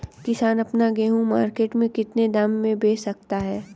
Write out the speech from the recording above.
किसान अपना गेहूँ मार्केट में कितने दाम में बेच सकता है?